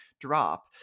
drop